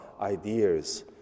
ideas